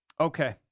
Okay